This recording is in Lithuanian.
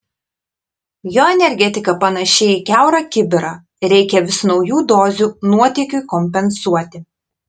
jo energetika panaši į kiaurą kibirą reikia vis naujų dozių nuotėkiui kompensuoti